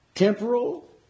temporal